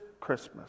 Christmas